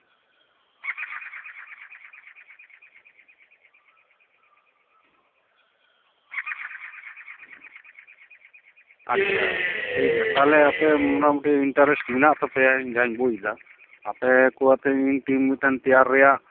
ᱟᱪᱪᱷᱟ ᱴᱷᱤᱠᱜᱮᱭᱟ ᱛᱟᱦᱞᱮ ᱟᱯᱮ ᱢᱚᱴᱟᱢᱩᱴᱤ ᱤᱱᱴᱟᱨᱮᱥᱴ ᱢᱮᱱᱟᱜ ᱛᱟᱯᱮᱭᱟ ᱡᱟᱧ ᱵᱩᱡ ᱮᱫᱟ ᱟᱯᱮ ᱠᱚ ᱟᱛᱮ ᱤᱧ ᱴᱤᱢ ᱢᱤᱫᱴᱟᱝ ᱛᱮᱭᱟᱨ ᱨᱮᱭᱟᱜ